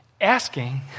Asking